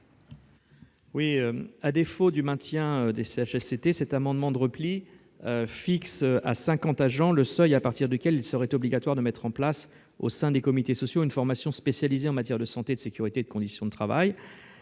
À défaut du maintien des CHSCT, cet amendement de repli fixe à cinquante agents le seuil à partir duquel il serait obligatoire de mettre en place, au sein des comités sociaux, une formation spécialisée en matière de santé, de sécurité et de conditions de travail.